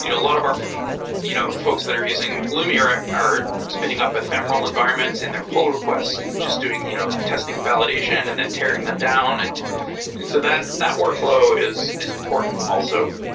you know a lot of our you know folks that are using pulumi are ah are spinning up ephemeral environments in their pull requests and just doing you know testing and validation and then tearing them down. and and so that that workflow is is important also.